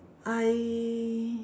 I